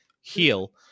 heal